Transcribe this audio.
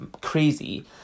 crazy